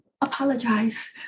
apologize